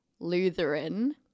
Lutheran